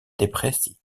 depressie